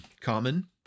Common